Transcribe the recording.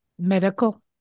medical